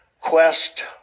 quest